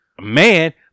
man